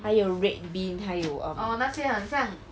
还有 red bean 还有 err